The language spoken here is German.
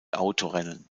autorennen